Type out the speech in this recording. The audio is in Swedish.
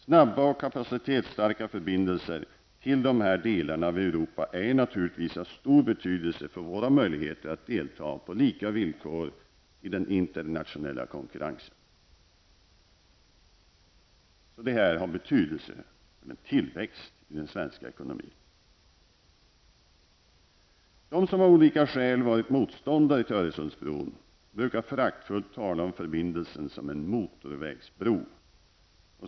Snabba och kapacitetsstarka förbindelser till dessa delar av Europa är naturligtvis av stor betydelse för våra möjligheter att delta på lika villkor i den internationella konkurrensen. Det här har betydelse för tillväxten i den svenska ekonomin. De som av olika skäl varit motståndare till Öresundsbron brukar föraktfulla tala om förbindelsen som en ''motorvägsbro''.